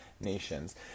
nations